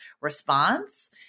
response